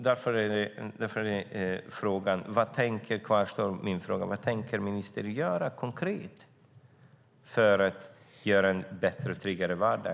Min fråga kvarstår: Vad tänker ministern göra konkret för att ge dessa personer en bättre och tryggare vardag?